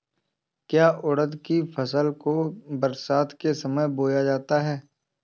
क्या उड़द की फसल को बरसात के समय बोया जाता है?